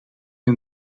een